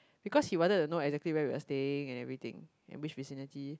because he wanted know exactly where we are staying and everything and which vicinity